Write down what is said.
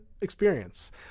experience